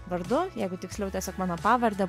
vardu jeigu tiksliau tiesiog mano pavarde